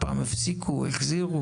פעם הפסיקו והחזירו